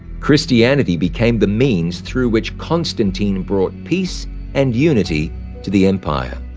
christianity became the means through which constantine brought peace and unity to the empire.